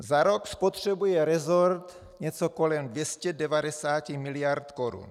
Za rok spotřebuje resort něco kolem 290 miliard korun.